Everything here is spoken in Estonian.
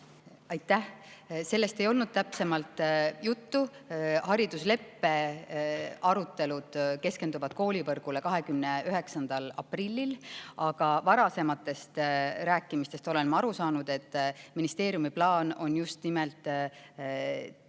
Aitäh! Sellest ei olnud täpsemalt juttu. Haridusleppe arutelud keskenduvad koolivõrgule 29. aprillil, aga varasematest [aruteludest] olen ma aru saanud, et ministeeriumi plaan on teha kohalike